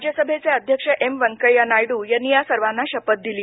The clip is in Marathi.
राज्यसभेचे अध्यक्ष एम वैंकय्या नायडू यांनी या सर्वाना शपथ दिली